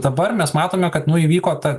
dabar mes matome kad nu įvyko ta